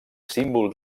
símbol